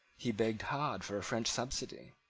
he begged hard for a french subsidy.